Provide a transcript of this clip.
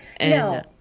no